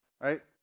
right